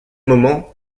moment